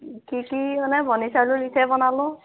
কি কি মানে বৰ্নি চাউলৰ পিঠাই বনালোঁ